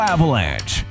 Avalanche